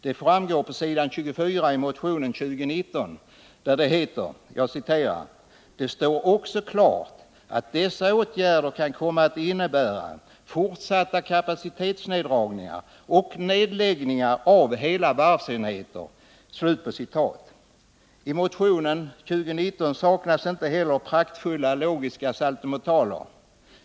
Det framgår på s. 13 i motion 2019, där det heter: ”Det står också klart att dessa åtgärder kan komma att innebära fortsatta kapacitetsneddragningar och nedläggningar av hela varvsenheter.” I motion 2019 saknas inte heller praktfulla logiska saltomortaler.